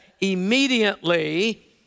Immediately